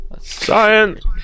Science